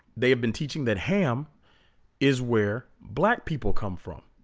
they have been teaching that ham is where black people come from